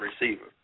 receiver